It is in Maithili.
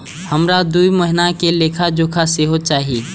हमरा दूय महीना के लेखा जोखा सेहो चाही